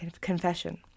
Confession